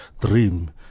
dream